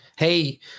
Hey